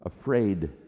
afraid